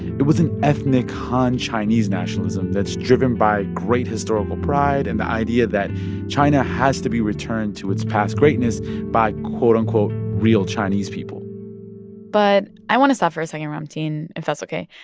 it was an ethnic han chinese nationalism that's driven by great historical pride and the idea that china has to be returned to its past greatness by, quote, unquote, real chinese people but i want to stop for a second, ramtin, if that's ok.